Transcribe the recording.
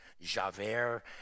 javert